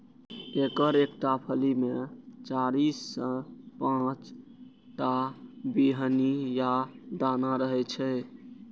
एकर एकटा फली मे चारि सं पांच टा बीहनि या दाना रहै छै